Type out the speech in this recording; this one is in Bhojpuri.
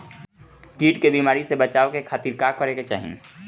कीट के बीमारी से बचाव के खातिर का करे के चाही?